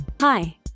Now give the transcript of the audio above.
Hi